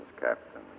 Captain